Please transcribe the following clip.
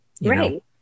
Right